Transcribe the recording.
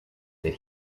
that